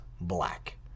black